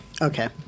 Okay